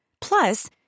Plus